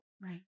right